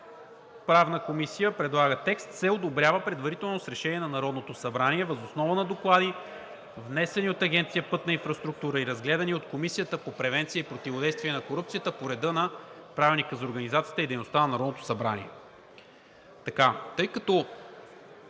Правната комисия предлага текста: „се одобрява предварително с решение на Народното събрание въз основа на доклади, внесени от Агенция „Пътна инфраструктура“ и разгледани от Комисията по превенция и противодействие на корупцията по реда на Правилника за организацията и дейността на Народното събрание.“